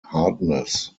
hardness